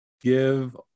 give